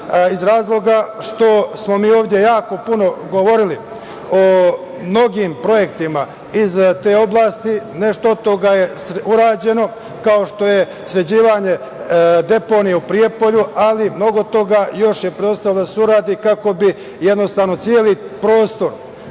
iz razloga što smo mi ovde jako puno govorili o mnogim projektima iz te oblasti, nešto od toga je urađeno kao što je sređivanje deponija u Prijepolju, ali mnogo toga još je preostalo da se uradi kako bi jednostavno celi prostor